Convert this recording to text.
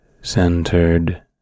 centered